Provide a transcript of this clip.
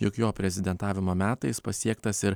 juk jo prezidentavimo metais pasiektas ir